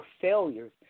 failures